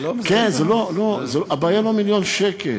זה לא, הבעיה היא לא מיליון שקל.